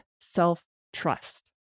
self-trust